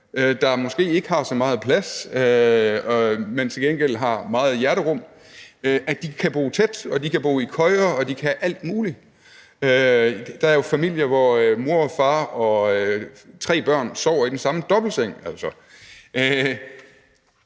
der måske ikke har så meget plads, men til gengæld har meget hjerterum, hvor de kan bo tæt, hvor de kan sove i køjer, hvor de kan alt muligt. Der er jo familier, hvor mor og far og tre børn sover i den samme dobbeltseng,